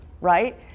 right